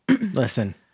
Listen